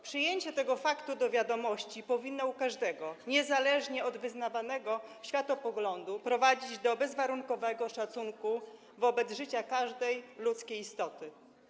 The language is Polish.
Przyjęcie tego faktu do wiadomości powinno u każdego, niezależnie od wyznawanego światopoglądu, prowadzić do bezwarunkowego szacunku do życia każdej ludzkiej istoty.